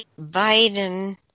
Biden